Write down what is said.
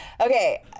Okay